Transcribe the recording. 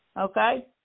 Okay